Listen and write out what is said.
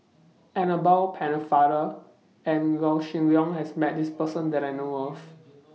Annabel Pennefather and Yaw Shin Leong has Met This Person that I know of